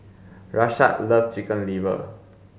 Rashaad loves chicken liver